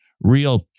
real